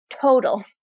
total